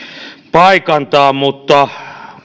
paikantaa mutta